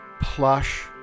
plush